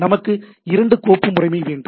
நமக்கு இரண்டு கோப்பு முறைமை வேண்டும்